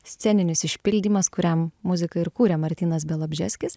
sceninis išpildymas kuriam muziką ir kūrė martynas bialobžeskis